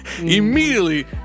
immediately